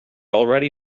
already